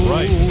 Right